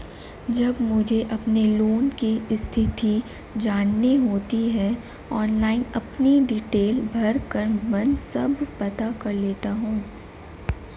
जब मुझे अपने लोन की स्थिति जाननी होती है ऑनलाइन अपनी डिटेल भरकर मन सब पता कर लेता हूँ